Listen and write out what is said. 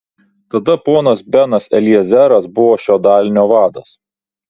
tada ponas benas eliezeras buvo šio dalinio vadas